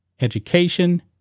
education